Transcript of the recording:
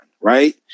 right